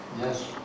Yes